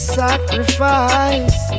sacrifice